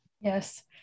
Yes